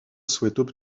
souhaitent